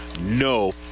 no